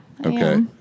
Okay